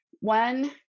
one